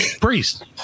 priest